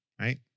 right